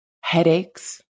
headaches